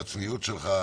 על הצניעות שלך,